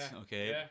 Okay